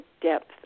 depth